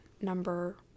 number